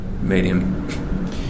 medium